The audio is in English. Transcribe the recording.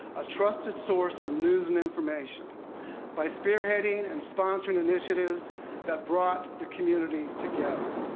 a trusted source for news and information by spearheading and sponsoring, initiatives that brought the community together.